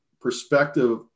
perspective